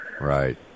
Right